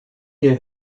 year